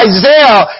Isaiah